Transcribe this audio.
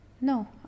no